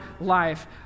life